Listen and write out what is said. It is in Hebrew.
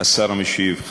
השר המשיב,